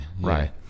right